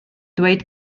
dweud